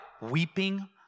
weeping